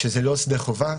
כשזה לא שדה חובה,